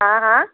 হা হা